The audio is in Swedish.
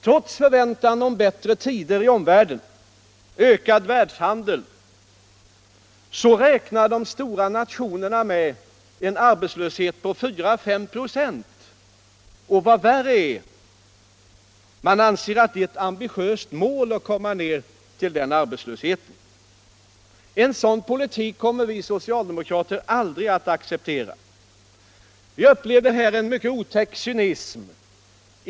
Trots förväntan 1 omvärlden om bättre tider och ökad världshandel räknar de stora nationerna med en arbetslöshet på 4-—5 96. Vad värre är: Man anser att det är ett ambitiöst mål att komma ned till dessa arbetslöshetssiffror. En sådan politik kommer vi socialdemokrater aldrig att acceptera. Vi upplever här en mycket otäck cynism.